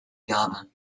gabe